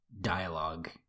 dialogue